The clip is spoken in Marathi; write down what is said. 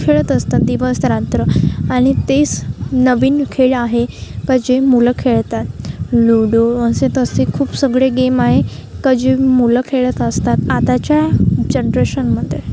खेळत असतात दिवस रात्र आणि तेच नवीन खेळ आहे क जे मुलं खेळतात लुडो असेतसे खूप सगळे गेम आहे क जे मुलं खेळत असतात आताच्या जनरेशनमध्ये